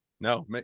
no